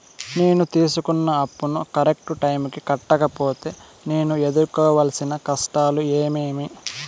నేను తీసుకున్న అప్పును కరెక్టు టైముకి కట్టకపోతే నేను ఎదురుకోవాల్సిన కష్టాలు ఏమీమి?